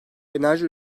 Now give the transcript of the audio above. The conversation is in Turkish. enerji